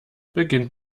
beginnt